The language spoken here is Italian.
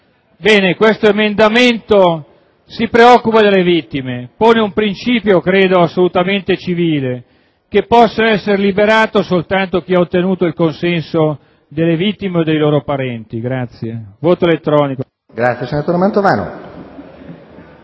Questo emendamento si preoccupa delle vittime e pone un principio, credo assolutamente civile: che possa essere liberato soltanto chi ha ottenuto il consenso delle vittime o dei loro parenti. Su questo emendamento chiediamo